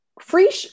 Free